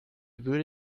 würde